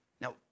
Now